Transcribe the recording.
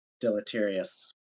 deleterious